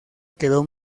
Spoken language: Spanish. quedó